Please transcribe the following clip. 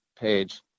page